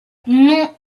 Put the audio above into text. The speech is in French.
non